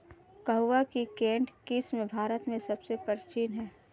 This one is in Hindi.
कहवा की केंट किस्म भारत में सबसे प्राचीन है